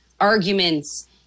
arguments